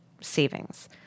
savings